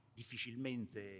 difficilmente